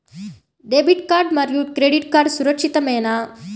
Debit card మరియు credit card సురక్షితమేనా?